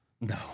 No